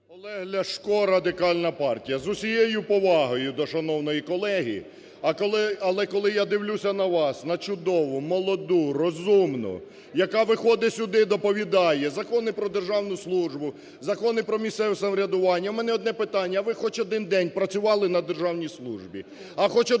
Олег Ляшко, Радикальна партія. З усією повагою до шановної колеги, але, коли я дивлюся на вас, на чудову, молоду, розумну, яка виходить сюди і доповідає закони про державну службу, закони про місцеве самоврядування в мене одне питання, а ви хоч один день працювали на державній службі? А хоч один